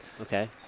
Okay